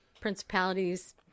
principalities